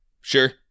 Sure